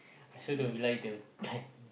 I also don't really like the